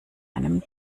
einem